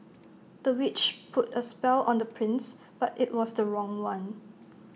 the witch put A spell on the prince but IT was the wrong one